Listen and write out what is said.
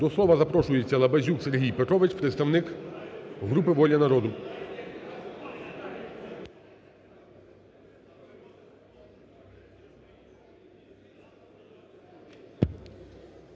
До слова запрошується Лабазюк Сергій Петрович представник групи "Волі народу".